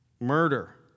murder